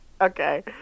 Okay